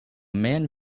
man